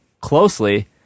closely